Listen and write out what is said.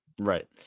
Right